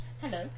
Hello